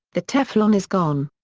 the teflon is gone.